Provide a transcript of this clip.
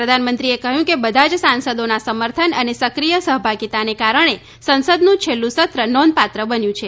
પ્રધાનમંત્રીએ કહ્યું કે બધા જ સાંસદોના સમર્થન અને સક્રીય સહભાગીતાને કારણે સંસદનું છેલ્લું સત્ર નોંધપાત્ર બન્યું છે